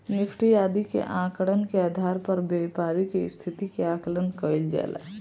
Nifty आदि के आंकड़न के आधार पर व्यापारि के स्थिति के आकलन कईल जाला